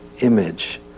image